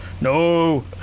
no